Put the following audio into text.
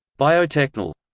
biotechnol.